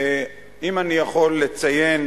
ואם אני יכול לציין